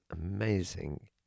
amazing